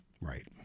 Right